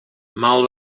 mal